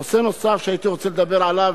נושא נוסף שהייתי רוצה לדבר עליו,